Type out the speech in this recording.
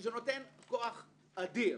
שזה נותן כוח אדיר.